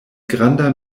granda